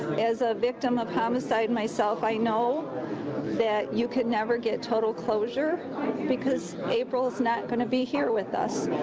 as a victim of homicide myself, i know that you can never get total closure because april will not kind of be here with us.